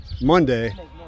Monday